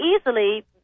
easily